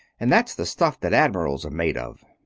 and that's the stuff that admirals are made of.